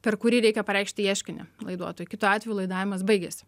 per kurį reikia pareikšti ieškinį laiduotojui kitu atveju laidavimas baigiasi